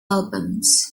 albums